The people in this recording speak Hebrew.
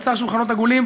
ויצר שולחנות עגולים,